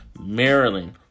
Maryland